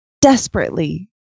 desperately